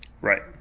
Right